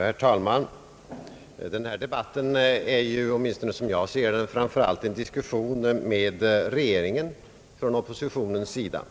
Herr talman! Denna debatt är, åtminstone som jag ser det, framför allt en diskussion med regeringen från oppositionens sida.